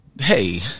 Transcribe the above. Hey